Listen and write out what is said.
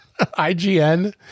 IGN